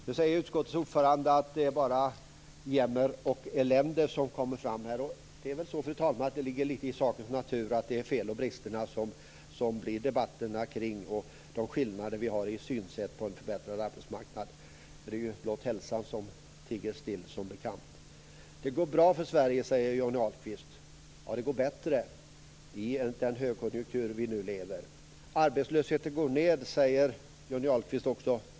Nu säger utskottets ordförande att det bara är jämmer och elände som kommer fram här, och det är väl så, fru talman, att det ligger i sakens natur att det är felen och bristerna som debatten förs kring och de skillnader vi har i synsätt på en förbättrad arbetsmarknad, för det är ju blott hälsan som tiger still, som bekant. Det går bra för Sverige, säger Johnny Ahlqvist. Ja, det går bättre i den högkonjunktur vi nu lever i. Arbetslösheten går ned, säger Johnny Ahlqvist också.